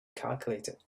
calculated